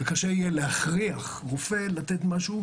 וקשה יהיה להכריח רופא לתת משהו,